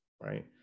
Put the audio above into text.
right